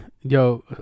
Yo